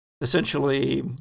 essentially